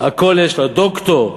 הכול יש לה, דוקטור.